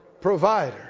provider